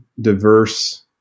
diverse